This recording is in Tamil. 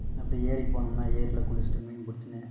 அப்படியே ஏரிக்கு போனோம்னா ஏரியில குளிச்சிவிட்டு மீன் பிடிச்சின்னு